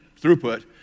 throughput